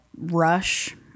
Rush